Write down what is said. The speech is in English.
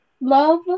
love